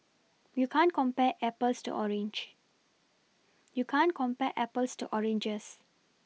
you can't compare Apples to orange you can't compare Apples to oranges